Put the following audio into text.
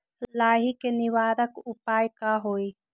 लाही के निवारक उपाय का होई?